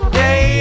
day